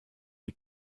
die